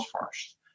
first